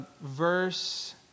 verse